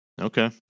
Okay